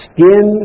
Skin